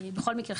בכל מקרה,